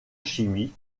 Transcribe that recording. chimie